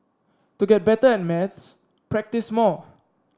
to get better at maths practise more